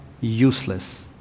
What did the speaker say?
useless